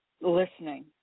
listening